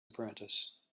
apprentice